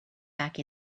back